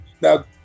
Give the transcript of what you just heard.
Now